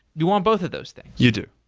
you want both of those things you do,